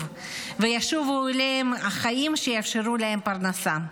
וישובו אליהם החיים שיאפשרו להם פרנסה.